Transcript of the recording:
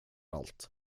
allt